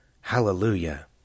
Hallelujah